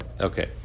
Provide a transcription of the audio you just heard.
okay